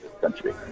country